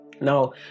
Now